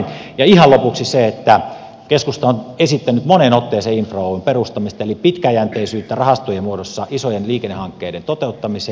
ihan lopuksi se että keskusta on esittänyt moneen otteeseen infra oyn perustamista eli pitkäjänteisyyttä rahastojen muodossa isojen liikennehankkeiden toteuttamiseen